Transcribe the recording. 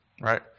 Right